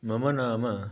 मम नाम